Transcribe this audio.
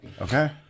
Okay